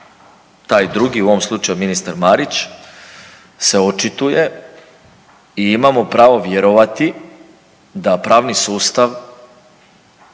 taj drugi, u ovom slučaju ministar Marić se očituje i imamo pravo vjerovati da pravni sustav